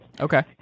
Okay